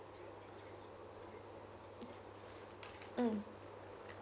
mm